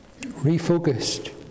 refocused